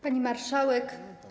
Pani Marszałek!